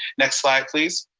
next slide please.